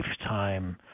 lifetime